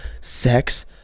Sex